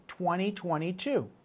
2022